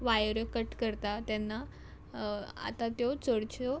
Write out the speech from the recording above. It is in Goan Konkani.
वायऱ्यो कट करता तेन्ना आतां त्यो चडश्यो